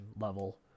level